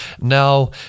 Now